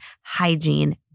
hygiene